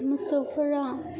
मोसौफोरा